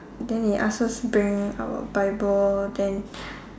then they ask us bring our bible then